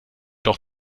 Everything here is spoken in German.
doch